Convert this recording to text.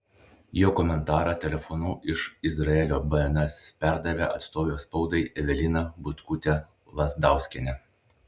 jo komentarą telefonu iš izraelio bns perdavė atstovė spaudai evelina butkutė lazdauskienė